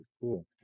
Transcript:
Cool